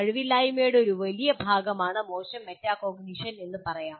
കഴിവില്ലായ്മയുടെ ഒരു വലിയ ഭാഗമാണ് മോശം മെറ്റാകോഗ്നിഷൻ എന്ന് പറയാം